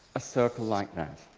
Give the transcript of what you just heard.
a circle like that.